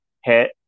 head